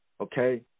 okay